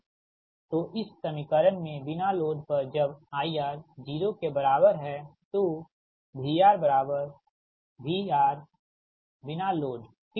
तो इस समीकरण में बिना लोड पर जब IR 0 के बराबर है तो VR VRNL ठीक